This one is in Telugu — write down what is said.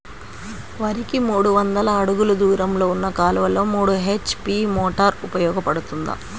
వరికి మూడు వందల అడుగులు దూరంలో ఉన్న కాలువలో మూడు హెచ్.పీ మోటార్ ఉపయోగపడుతుందా?